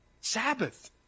Sabbath